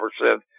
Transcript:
percent